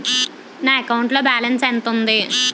నా అకౌంట్ లో బాలన్స్ ఎంత ఉంది?